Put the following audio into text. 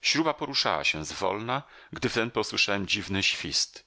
śruba poruszała się zwolna gdy wtem posłyszałem dziwny świst